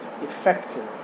effective